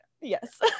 yes